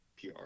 PR